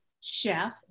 Chef